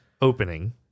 opening